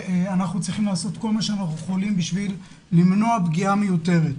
אנחנו צריכים לעשות כל מה שאנחנו יכולים כדי למנוע פגיעה מיותרת.